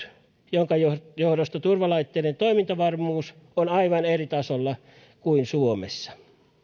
minkä johdosta turvalaitteiden toimintavarmuus on aivan eri tasolla kuin suomessa